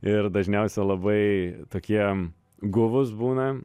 ir dažniausia labai tokie guvūs būna